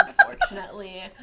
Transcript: unfortunately